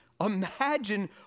Imagine